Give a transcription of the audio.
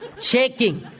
shaking